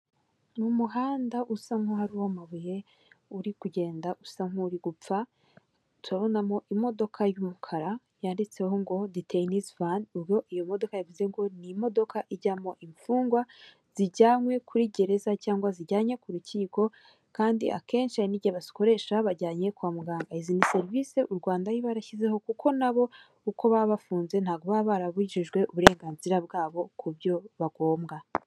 Ni umuhanda usa nk'aho wari uw'amabuye uri kugenda usa nk'uri gupfa turabonamo imodoka y'umukara yanditseho ngo diteyinizi vani ubwo iyo modoka bivuze ko ni imodoka ijyamo imfungwa zijyanywe kuri gereza cyangwa zijyanye ku rukiko kandi akenshi hari n'igihe bakoresha babajyanye kwa muganga izi ni serivisi u Rwanda iba yarashyizeho kuko nabo uko baba bafunze ntabwo baba barabujijwe uburenganzira bwabo ku byo bagombwa.